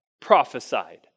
prophesied